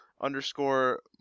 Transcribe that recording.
underscore